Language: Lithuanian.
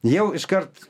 jau iškart